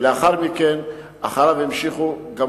ולאחר מכן המשיכו אחריו.